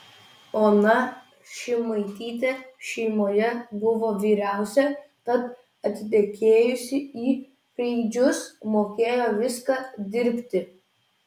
ona šimaitytė šeimoje buvo vyriausia tad atitekėjusi į preidžius mokėjo viską dirbti